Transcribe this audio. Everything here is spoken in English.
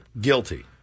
Guilty